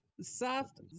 soft